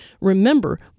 Remember